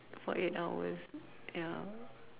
for eight hours ya